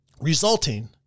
resulting